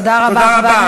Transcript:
תודה רבה.